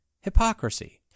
Hypocrisy